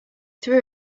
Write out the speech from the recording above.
threw